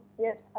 Yes